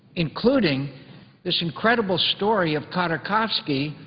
including this incredible story of khodorkovsky,